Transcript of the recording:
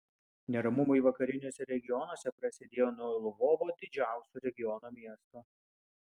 neramumai vakariniuose regionuose prasidėjo nuo lvovo didžiausio regiono miesto